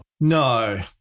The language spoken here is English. No